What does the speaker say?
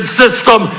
system